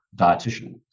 dietitian